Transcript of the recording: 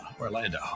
Orlando